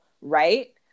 right